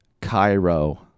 Cairo